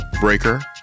Breaker